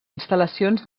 instal·lacions